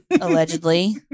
allegedly